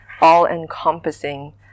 all-encompassing